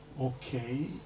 Okay